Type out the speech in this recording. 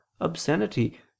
obscenity